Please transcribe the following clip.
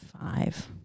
five